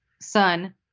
son